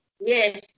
Yes